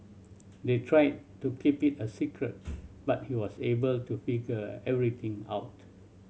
they tried to keep it a secret but he was able to figure everything out